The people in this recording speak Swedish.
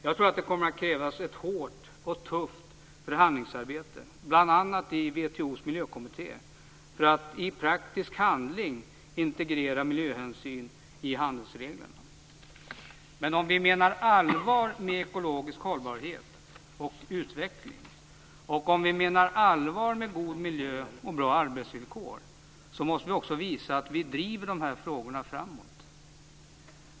Jag tror att det kommer att krävas ett hårt och tufft förhandlingsarbete, i bl.a. WTO:s miljökommitté, för att i praktisk handling integrera miljöhänsyn i handelsreglerna. Men om vi menar allvar med ekologisk hållbarhet och utveckling, och om vi menar allvar med god miljö och bra arbetsvillkor, måste vi också visa att vi driver dessa frågor framåt.